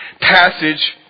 passage